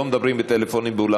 לא מדברים בטלפונים באולם